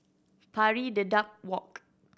Pari Dedap Walk